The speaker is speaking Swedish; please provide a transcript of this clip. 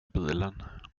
bilen